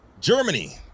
Germany